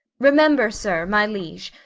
remember, sir, my liege,